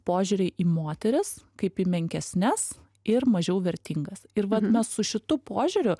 požiūrį į moteris kaip į menkesnes ir mažiau vertingas ir mes su šituo požiūriu